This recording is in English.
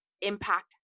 impact